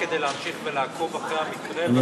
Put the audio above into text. רק כדי להמשיך ולעקוב אחרי המקרה,